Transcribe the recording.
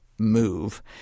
move